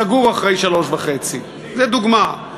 סגור אחרי 15:30. זה דוגמה,